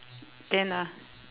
can ah